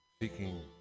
seeking